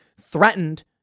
threatened